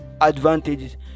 advantages